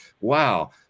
wow